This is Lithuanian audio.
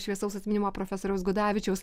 šviesaus atminimo profesoriaus gudavičiaus